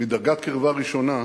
מדרגת קרבה ראשונה